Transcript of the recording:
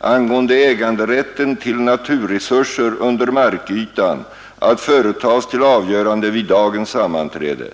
angående äganderätten till naturresurser under markytan att företas till avgörande vid dagens sammanträde.